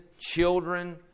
children